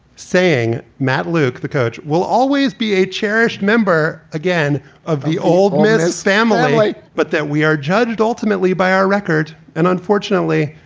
saying, matt luke, the coach will always be a cherished member again of the old man, his family. but that we are judged ultimately by our record and unfortunately,